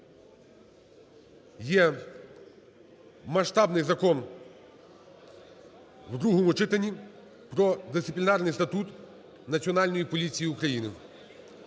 є масштабний Закон в другому читанні про Дисциплінарний статут Національної поліції України.